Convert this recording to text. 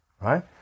right